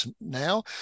now